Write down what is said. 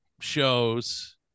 shows